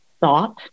thought